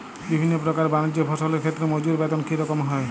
বিভিন্ন প্রকার বানিজ্য ফসলের ক্ষেত্রে মজুর বেতন কী রকম হয়?